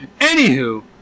Anywho